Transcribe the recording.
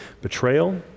betrayal